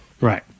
Right